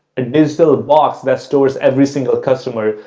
digital box that stores every single customer,